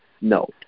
no